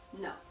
No